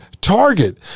target